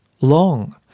long